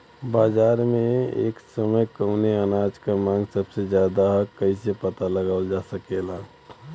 बाजार में एक समय कवने अनाज क मांग सबसे ज्यादा ह कइसे पता लगावल जा सकेला?